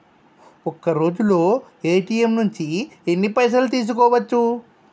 ఒక్కరోజులో ఏ.టి.ఎమ్ నుంచి ఎన్ని పైసలు తీసుకోవచ్చు?